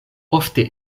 ofte